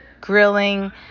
grilling